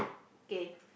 K